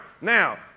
Now